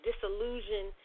disillusion